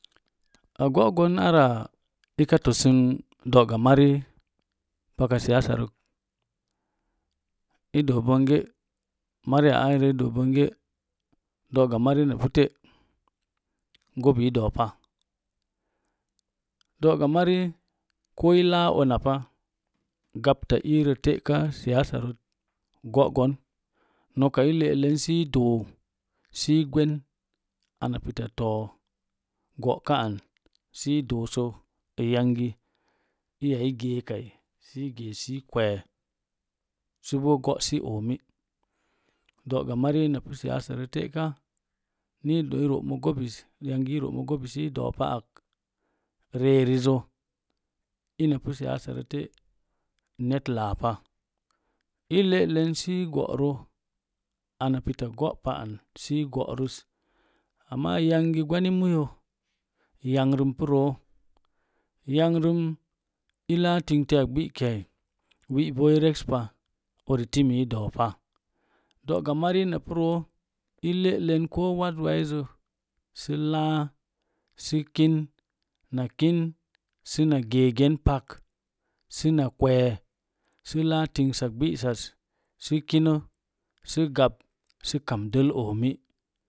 Go'gon ava ika tosən do'gamari paka siyasa rak i doo bonge mari airə i doo bonge do'gamari ina pu te’ gobi i doo pa do'ga mari ko i laa uná pa gapta iirə te'ka siyasarər go'gon noka i le'len sə i doo si gwen ana pita too go'ka an si doon sə yangi iya i gee kai si geesi kwee səbo go'si oomi do'gamari ina pu siyasa ta'ra ni i doo i ro'ba gobi yangi i robo gobi a doopa ak ri erizo ina pu siyasara te’ net laapa i le'len si go'ro ana pita go'pa an si i go'rəs amma yangi gwani muyo yangrəm ou roo yangrəm i laa tingitiya gbikiyai wi'bol rekspa uri timi doopa dog'amari ina pu roo i le'len ko wazwaizə sə laa sə kin na kin səna geegen pak səna kwee sə laa tingsa gbisas sə kinə sə gab sə kam dəl oomi.